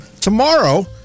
tomorrow